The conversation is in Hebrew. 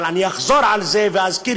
אבל אני אחזור על זה ואזכיר,